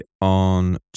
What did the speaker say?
on